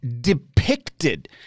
depicted